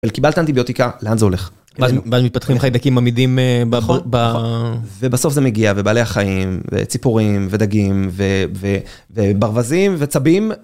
קיבלת אנטיביוטיקה לאן זה הולך מתפתחים חיידקים עמידים ב... ובסוף זה מגיע ובעלי החיים וציפורים ודגים וברווזים וצבים